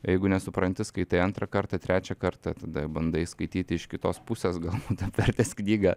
jeigu nesupranti skaitai antrą kartą trečią kartą tada bandai skaityti iš kitos pusės galbūt apvertęs knygą